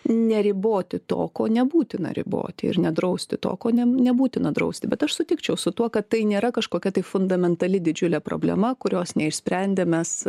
neriboti to ko nebūtina riboti ir nedrausti to ko ne nebūtina drausti bet aš sutikčiau su tuo kad tai nėra kažkokia tai fundamentali didžiulė problema kurios neišsprendę mes